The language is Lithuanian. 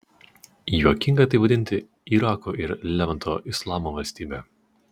juokinga tai vadinti irako ir levanto islamo valstybe